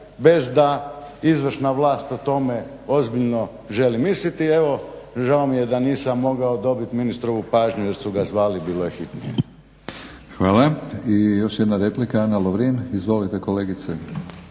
bez da izvršna vlast o tome ozbiljno želi misliti. Evo žao mi je da nisam mogao dobit ministrovu pažnju jer su ga zvali, bilo je hitnije. **Batinić, Milorad (HNS)** Hvala. I još jedna replika, Ana Lovrin. Izvolite kolegice.